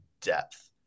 depth